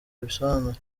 abisobanura